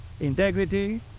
integrity